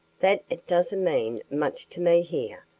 that it doesn't mean much to me here.